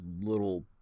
little